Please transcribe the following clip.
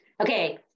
Okay